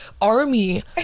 army